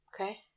Okay